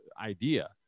idea